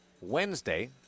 Wednesday